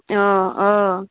অঁ অঁ